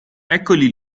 eccoli